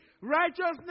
Righteousness